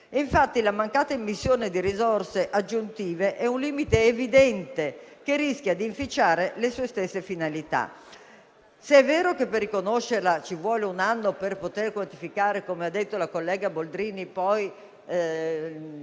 Infatti, la mancata immissione di risorse aggiuntive è un limite evidente che rischia di inficiare le sue stesse finalità. Se è vero che per riconoscerla ci vuole un anno per poter quantificare, come ha detto la collega Boldrini, il